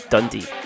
Dundee